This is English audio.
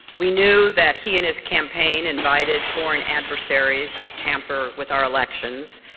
we knew that he and his campaign invited foreign adversaries to tamper with our elections.